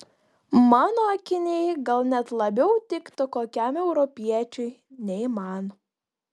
mano akiniai gal net labiau tiktų kokiam europiečiui nei man